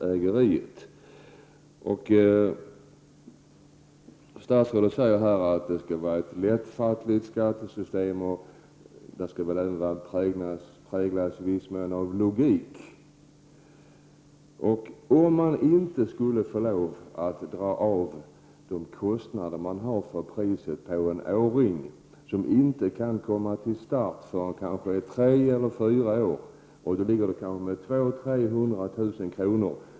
Statsrådet Åsbrink säger här att det skall vara ett lättfattligt skattesystem som skall präglas av logik. Men varför skulle man inte få dra av de kostnader man har för priset på en åring som inte kan komma till start förrän efter kanske tre eller fyra år? Där ligger 200 000-300 000 kr.